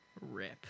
Rip